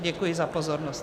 Děkuji za pozornost.